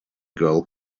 girl